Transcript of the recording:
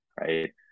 right